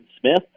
Smith